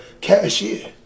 cashier